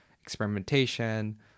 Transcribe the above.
experimentation